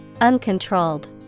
Uncontrolled